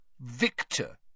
Victor